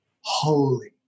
holy